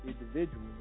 individual